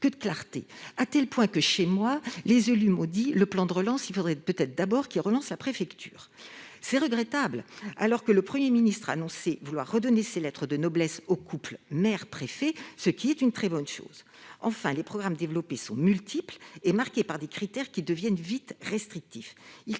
que de clarté- à tel point que les élus de mon territoire m'ont dit que le plan de relance devrait peut-être d'abord relancer la préfecture ! On peut le regretter, au moment où le Premier ministre annonçait vouloir redonner ses lettres de noblesse au couple maire-préfet, ce qui est une très bonne chose. Enfin, les programmes développés sont multiples et marqués par des critères qui deviennent vite restrictifs.